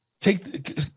take